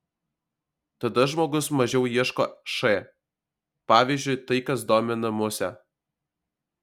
tada žmogus mažiau ieško š pavyzdžiui tai kas domina musę